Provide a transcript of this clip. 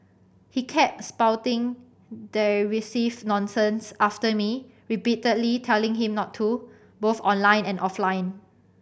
he kept spouting derisive nonsense after me repeatedly telling him not to both online and offline